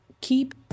keep